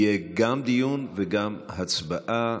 יהיה גם דיון וגם הצבעה.